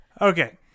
Okay